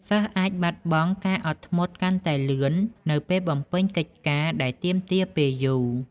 សិស្សអាចបាត់បង់ការអត់ធ្មត់កាន់តែលឿន នៅពេលបំពេញកិច្ចការដែលទាមទារពេលយូរ។